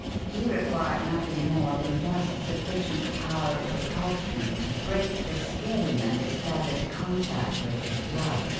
he required nothing more than just sufficient power of propulsion to break the skin and establish contact with the blood,